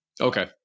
Okay